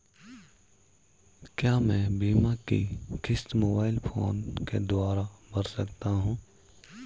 क्या मैं बीमा की किश्त मोबाइल फोन के द्वारा भर सकता हूं?